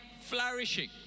flourishing